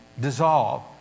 dissolve